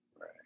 Right